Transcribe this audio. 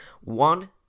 One